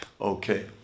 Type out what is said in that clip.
Okay